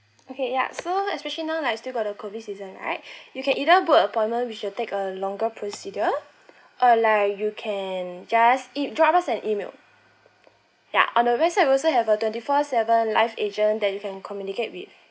okay ya so especially now like still got the COVID season right you can either book appointment which will take a longer procedure or like you can just e~ drop us an email ya on the website also have a twenty four seven life agent that you can communicate with